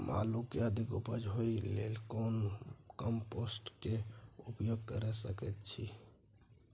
हम आलू के अधिक उपज होय लेल कोन कम्पोस्ट के उपयोग कैर सकेत छी?